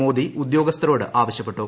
മോദി ഉദ്യോഗസ്ഥരോട് ആവശ്യപ്പെട്ടു